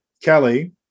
Kelly